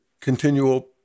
continual